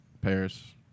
Paris